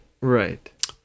Right